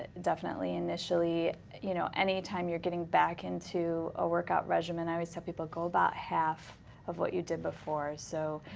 ah definitely initially. you know any time you're getting back into a workout regimen, i always tell so people, go about half of what you did before. so,